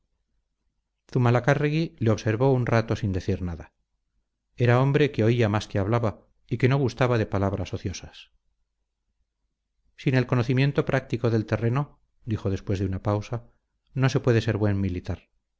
zumalacárregui le observó un rato sin decir nada era hombre que oía más que hablaba y que no gustaba de palabras ociosas sin el conocimiento práctico del terreno dijo después de una pausa no se puede ser buen militar